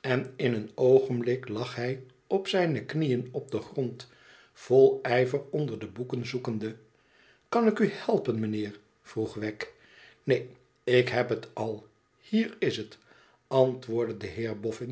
en in een oogenblik lag hij op zijne knieën op den grond vol ijver onder de boeken zoekende kan ik u helpen mijnheer vroeg wegg tneen ik heb het al hier is het antwoordde de